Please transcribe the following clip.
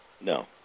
No